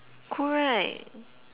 cool right